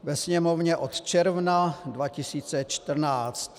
Ve Sněmovně od června 2014.